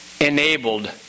enabled